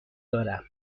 دارم